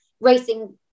racing